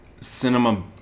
cinema